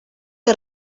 que